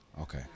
Okay